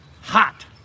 hot